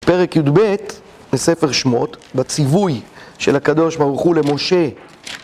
פרק י״ב בספר שמות, בציווי של הקדוש ברוך הוא למשה.